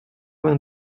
vingt